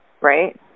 right